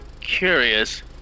Curious